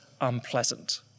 unpleasant